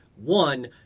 One